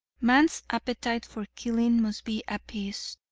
man's appetite for killing must be appeased.